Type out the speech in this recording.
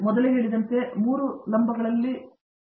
ನಾನು ಮೊದಲೇ ಹೇಳಿದ 3 ವರ್ಟಿಕಲ್ಗಳಲ್ಲಿಯೂ ಸಹ ಒಂದಾಗಿದೆ